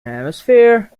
hemisphere